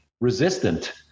resistant